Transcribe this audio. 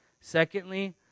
Secondly